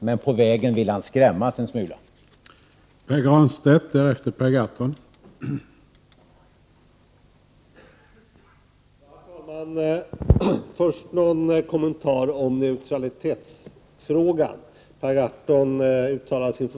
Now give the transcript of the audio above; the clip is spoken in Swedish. Men han vill skrämmas en smula på vägen.